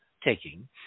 taking